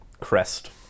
crest